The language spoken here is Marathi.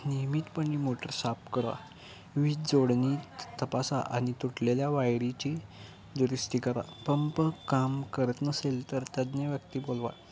नियमितपणे मोटर साफ करा वीज जोडणी तपासा आणि तुटलेल्या वायरीची दुरुस्ती करा पंप काम करत नसेल तर तज्ञव्यक्ती बोलवा